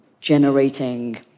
generating